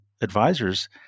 advisors